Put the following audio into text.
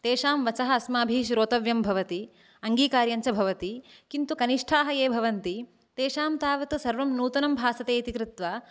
तेषां वचः अस्माभिः श्रोतव्यं भवति अङ्गीकार्यं च भवति किन्तु कनिष्ठाः ये भवन्ति तेषां तावत् सर्वं नूतनं भासते इति कृत्वा